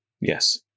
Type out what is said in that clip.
Yes